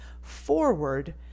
forward